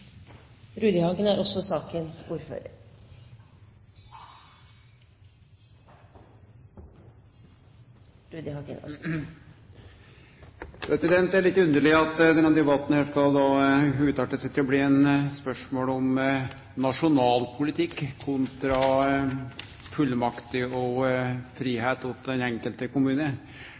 litt underleg at denne debatten skal utarte til å bli eit spørsmål om nasjonal politikk kontra fullmakter og fridom for den enkelte